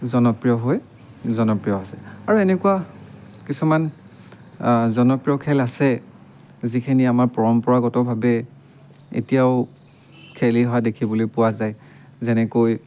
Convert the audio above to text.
জনপ্ৰিয় হৈ জনপ্ৰিয় আছে আৰু এনেকুৱা কিছুমান জনপ্ৰিয় খেল আছে যিখিনি আমাৰ পৰম্পৰাগতভাৱে এতিয়াও খেলি অহা দেখিবলৈ পোৱা যায় যেনেকৈ